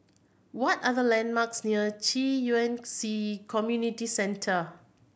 what are the landmarks near Ci Yuan C Community Center